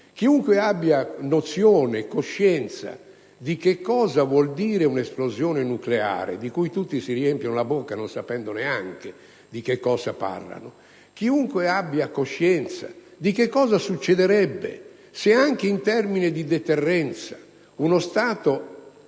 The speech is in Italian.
Chiunque ha nozione e coscienza di che cosa vuol dire un'esplosione nucleare (cosa di cui tutti si riempiono la bocca non sapendo neanche di che cosa si tratti), chiunque ha coscienza di che cosa succederebbe se, anche in termini di deterrenza, uno Stato